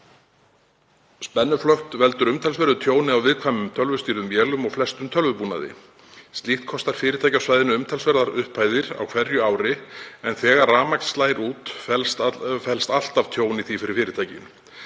Spennuflökt veldur umtalsverðu tjóni á viðkvæmum tölvustýrðum vélum og flestum tölvubúnaði. Slíkt kostar fyrirtæki á svæðinu umtalsverðar upphæðir á hverju ári en þegar rafmagn slær út felst alltaf tjón í því fyrir fyrirtækin.